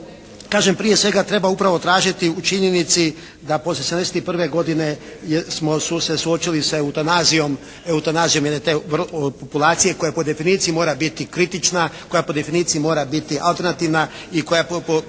prije svega treba upravo tražiti u činjenici da poslije '71. godine smo se suočili sa eutanazijom jedne te populacije koja po definiciji mora biti kritična, koja po definiciji mora biti alternativna i koja po definiciji mora dovoditi